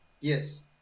Yes